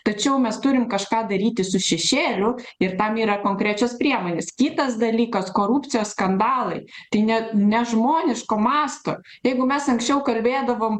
tačiau mes turim kažką daryti su šešėliu ir tam yra konkrečios priemonės kitas dalykas korupcijos skandalai tai net nežmoniško masto jeigu mes anksčiau kalbėdavom